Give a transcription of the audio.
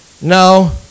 No